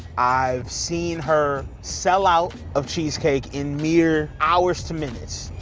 i've seen her sell out of cheesecake in mere hours to minutes.